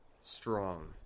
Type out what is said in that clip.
strong